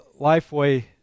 LifeWay